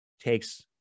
Takes